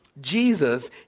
Jesus